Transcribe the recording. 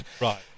Right